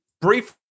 briefly